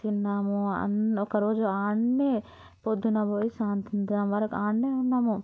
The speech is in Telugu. తిన్నాము అన్నీ ఒకరోజు అనీ పొద్దున పోయి సాయంత్రం అయ్యే వరకు అక్కడ్నే ఉన్నాము